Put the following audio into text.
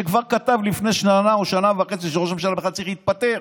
שכבר כתב לפני שנה או שנה וחצי שראש הממשלה בכלל צריך להתפטר,